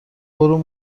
برو